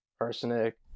Arsenic